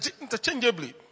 interchangeably